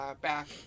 back